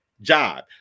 job